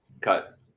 cut